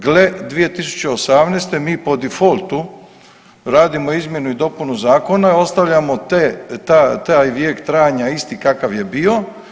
Gle 2018. mi po difoltu radimo izmjenu i dopunu zakona, ostavljamo taj vijek trajanja isti kakav je bio.